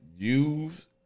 Use